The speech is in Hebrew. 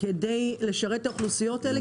כדי לשרת את האוכלוסיות האלה.